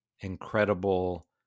incredible